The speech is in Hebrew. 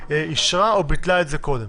או ביטלה את זה קודם.